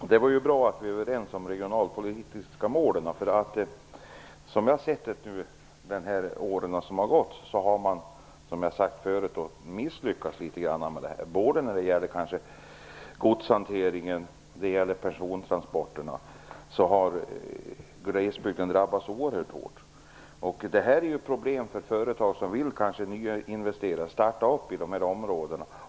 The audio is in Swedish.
Fru talman! Det är bra att vi är överens om de regionalpolitiska målen. Under åren som gått har man, som jag sagt förut, misslyckats i det avseendet. Både när det gäller godshanteringen och när det gäller transporterna har glesbygden drabbats oerhört hårt. Det innebär problem för företag som kanske vill nyinvestera i dessa områden.